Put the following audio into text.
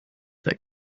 that